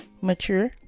Mature